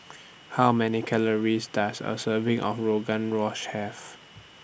How Many Calories Does A Serving of Rogan Have